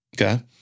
Okay